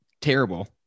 terrible